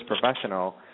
professional